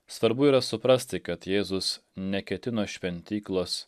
svarbu yra suprasti kad jėzus neketino šventyklos